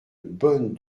bonne